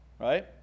Right